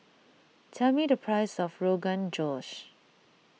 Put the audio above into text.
tell me the price of Rogan Josh